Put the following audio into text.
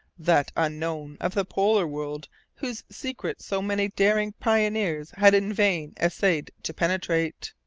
that unknown of the polar world whose secrets so many daring pioneers had in vain essayed to penetrate.